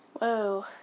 Whoa